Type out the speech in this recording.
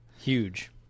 huge